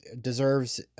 deserves